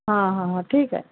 हा हा हा ठीक आहे